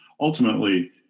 ultimately